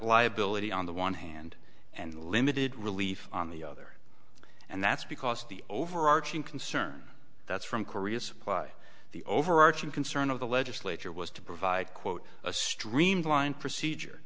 liability on the one hand and limited relief on the other and that's because the overarching concern that's from korea supply the overarching concern of the legislature was to provide quote a streamlined procedure